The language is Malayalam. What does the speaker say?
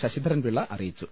ശശിധ രൻപിള്ള അറിയിച്ചു